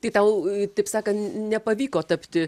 tai tau taip sakan nepavyko tapti